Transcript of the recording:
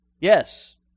Yes